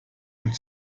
und